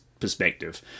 Perspective